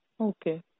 Okay